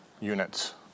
units